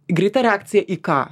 greita reakcija į ką